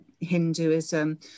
Hinduism